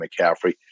McCaffrey